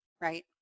right